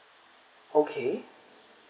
okay